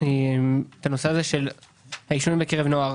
את העישון בקרב הנוער.